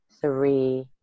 three